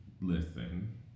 listen